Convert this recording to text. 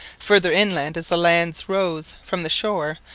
farther inland, as the lands rose from the shore,